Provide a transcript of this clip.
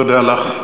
תודה לך.